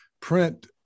print